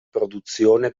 produzione